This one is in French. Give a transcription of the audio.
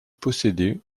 posséder